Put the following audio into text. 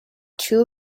two